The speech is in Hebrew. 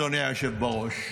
אדוני היושב בראש.